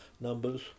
numbers